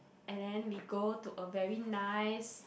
and then we go to a very nice